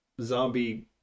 zombie